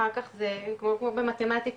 כמו במתמטיקה,